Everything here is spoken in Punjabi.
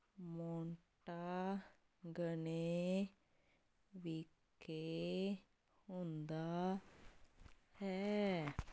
ਮੋਂਟਾਗਨੇ ਵਿਖੇ ਹੁੰਦਾ ਹੈ